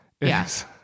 yes